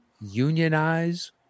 unionize